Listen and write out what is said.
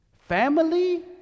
Family